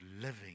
living